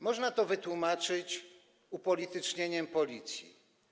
Można to wytłumaczyć upolitycznieniem Policji.